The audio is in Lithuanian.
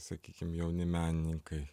sakykim jauni menininkai